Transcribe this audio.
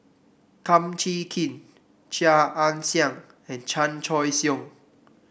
Kum Chee Kin Chia Ann Siang and Chan Choy Siong